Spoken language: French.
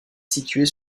situées